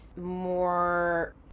more